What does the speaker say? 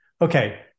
okay